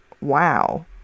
wow